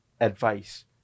advice